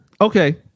Okay